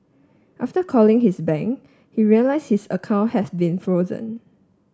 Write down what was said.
after calling his bank he realise his account has been frozen